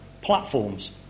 platforms